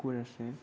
কুকুৰ আছে